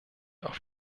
auf